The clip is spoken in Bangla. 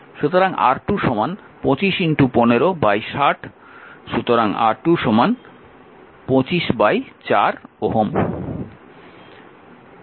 সুতরাং R2 2515 60 সুতরাং R2 254 Ω